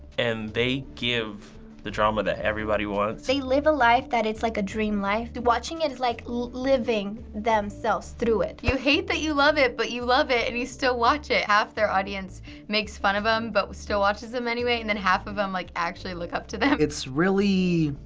and they give the drama that everybody wants. they live a life that is like a dream life. watching it is like living themselves through it. you hate that you love it, but you love it and you still watch it. half their audience makes fun of them but still watches them anyway. and then half of them like actually look up to them. it's really